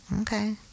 Okay